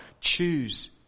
Choose